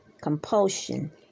compulsion